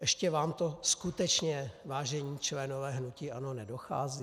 Ještě vám to skutečně, vážení členové hnutí ANO, nedochází?